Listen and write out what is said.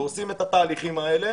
דורסים את התהליכים האלה.